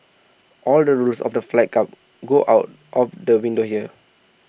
all the rules of the fight club go out of the window here